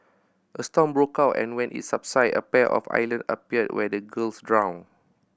a storm broke out and when it subsided a pair of island appeared where the girls drowned